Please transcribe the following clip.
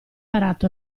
imparato